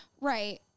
Right